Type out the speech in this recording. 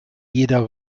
jeder